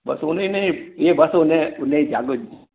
बस उन उनजी इएं बस उनजी चालू आहिनि